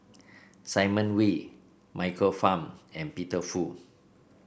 Simon Wee Michael Fam and Peter Fu